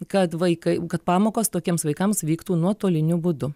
kad vaikai kad pamokos tokiems vaikams vyktų nuotoliniu būdu